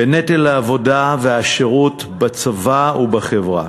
בנטל העבודה והשירות בצבא ובחברה.